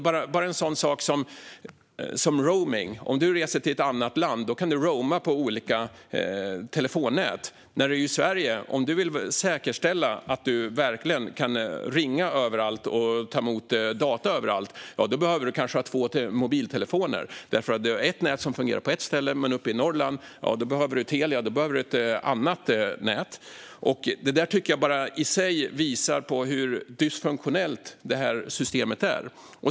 Vi kan ta en sådan sak som roaming. Om du reser till ett annat land kan du roama på olika telefonnät. Om du är i Sverige och vill säkerställa att du verkligen kan ringa överallt och ta emot data överallt behöver du kanske ha två mobiltelefoner. Du har ett nät som fungerar på ett ställe, men uppe i Norrland behöver du Telia och ett annat nät. Det där tycker jag i sig visar hur dysfunktionellt systemet är.